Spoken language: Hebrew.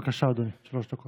בבקשה, אדוני, שלוש דקות.